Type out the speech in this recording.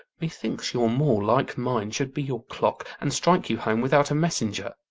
methinks your maw, like mine, should be your clock, and strike you home without a messenger.